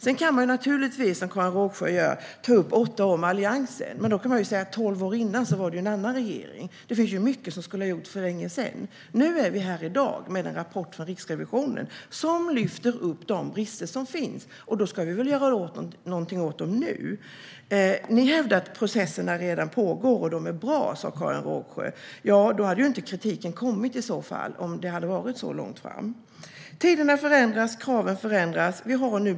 Sedan kan man naturligtvis, som Karin Rågsjö gör, ta upp åtta år med Alliansen, men då kan man även säga att tolv år innan dess var det en annan regering. Det finns ju mycket som skulle ha gjorts för länge sedan. Nu står vi här i dag med en rapport från Riksrevisionen som lyfter upp de brister som finns, och då ska vi väl göra någonting åt dem nu? Processerna pågår redan och är bra, hävdar Karin Rågsjö. Men om det hade varit så långt framme hade väl inte kritiken kommit? Tiderna förändras. Kraven förändras.